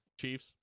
chiefs